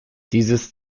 dieses